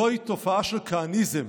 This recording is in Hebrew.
זוהי התופעה של הכהניזם.